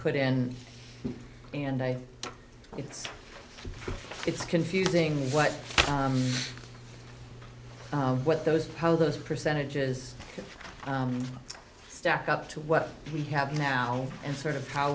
put in and i it's it's confusing what what those how those percentages stack up to what we have now and sort of how